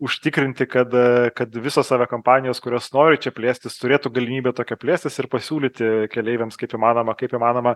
užtikrinti kada kad visos aviakompanijos kurios nori čia plėstis turėtų galimybę tokią plėstis ir pasiūlyti keleiviams kaip įmanoma kaip įmanoma